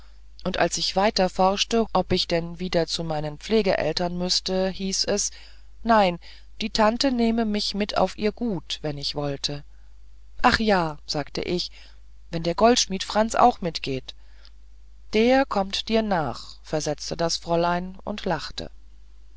und als ich weiterforschte ob ich denn wieder zu meinen pflegeeltern müßte hieß es nein die tante nehme mich mit auf ihr gut wenn ich wollte ach ja sagt ich wenn der goldschmied franz auch mitgeht der kommt dir nach versetzte das fräulein und lachte